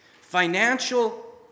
financial